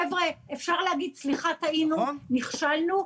חבר'ה, אפשר להגיד 'סליחה, טעינו, נכשלנו.